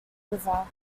river